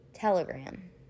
telegram